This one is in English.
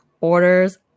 orders